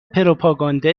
پروپاگانده